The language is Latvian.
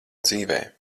dzīvē